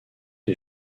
les